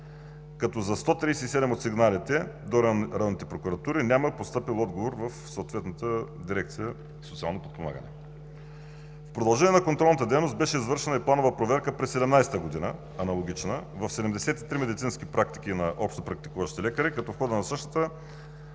като за 137 от сигналите до районните прокуратури няма постъпил отговор в съответната дирекция „Социално подпомагане“. В продължение на контролната дейност беше извършена и планова проверка през 2017 г., аналогична, в 73 медицински практики на общопрактикуващи лекари, като в хода на същата